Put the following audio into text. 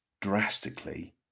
drastically